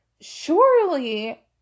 surely